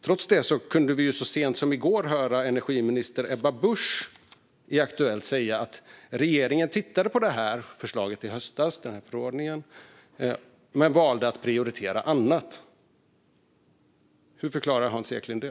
Trots det kunde vi så sent som i går höra energiminister Ebba Busch säga i Aktuellt att regeringen tittade på det här förslaget i höstas, den här förordningen, men valde att prioritera annat. Hur förklarar Hans Eklind det?